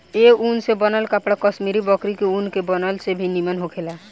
ए ऊन से बनल कपड़ा कश्मीरी बकरी के ऊन के बनल से भी निमन होखेला